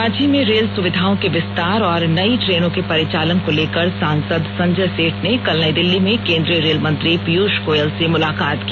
राँची में रेल सुविधाओं के विस्तार और नई ट्रेनों के परिचालन को लेकर सांसद संजय सेठ ने कल नई दिल्ली में केंद्रीय रेल मंत्री पीयूष गोयल से मुलाकात की